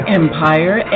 empire